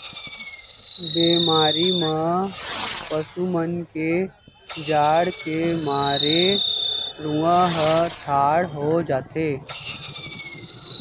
बेमारी म पसु मन के जाड़ के मारे रूआं ह ठाड़ हो जाथे